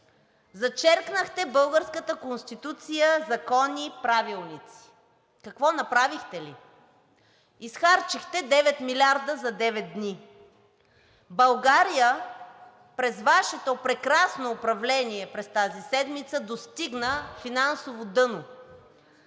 Зачеркнахте българската Конституция, закони, правилници. Какво направихте ли?! Изхарчихте 9 милиарда за девет дни. България през Вашето прекрасно управление през тази седмица достигна финансово дъно.